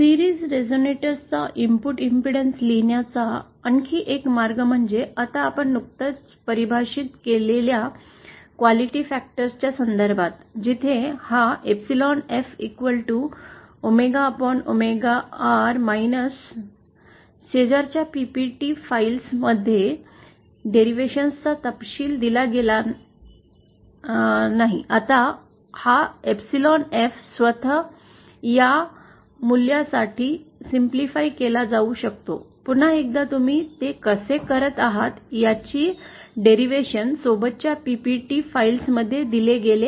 series resonator चा input impedance लिहिण्याचा आणखी एक मार्ग म्हणजे आपण नुकताच परिभाषित केलेल्या क्वालिटी फॅक्टर्स च्या संदर्भात जिथे हा epsilon f omega omega R शेजारच्या पीपीटी फाइल्समध्ये डेरिव्हेशनचा तपशील दिला गेला नाही आता हा एप्सिलॉन f स्वत या मूल्या साठी सिम्पलीफाय केला जाऊ शकतो पुन्हा एकदा तुम्ही ते कसे करत आहात याची डेरिवेशन सोबतच्या पीपीटी फाइल्समध्ये दिली गेले आहे